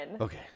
Okay